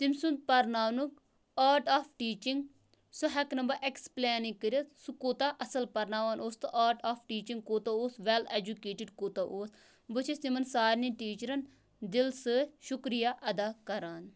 تٔمۍ سُںٛد پرناونُک آرٹ آف ٹیٖچِنٛگ سُہ ہٮ۪کہٕ نہٕ بہٕ اٮ۪کٕسپٕلینٕے کٔرِتھ سُہ کوٗتاہ اَصٕل پَرناوان اوس تہٕ آرٹ آف ٹیٖچِنٛگ کوٗتاہ اوس وٮ۪ل اٮ۪جوکیٹٕڈ کوٗتاہ اوس بہٕ چھَس تِمَن سارنی ٹیٖچرَن دِل سۭتۍ شُکریہ ادا کَران